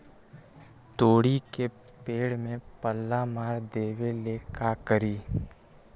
तोड़ी के पेड़ में पल्ला मार देबे ले का करी?